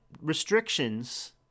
restrictions